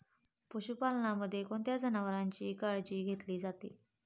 पशुपालनामध्ये कोणत्या जनावरांची काळजी घेतली जाते?